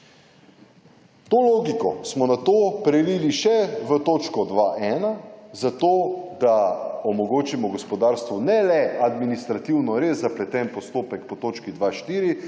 To logiko smo na to prelili še v točko 2.1., zato da omogočimo gospodarstvu ne le administrativno res zapleten postopek po točki 2.4.,